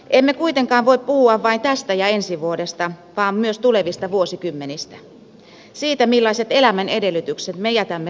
emme kuitenkaan voi puhua vain tästä ja ensi vuodesta vaan myös tulevista vuosikymmenistä siitä millaiset elämän edellytykset me jätämme lapsillemme